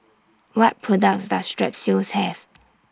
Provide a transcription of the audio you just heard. What products Does Strepsils Have